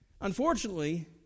Unfortunately